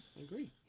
agree